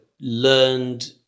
learned